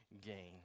gain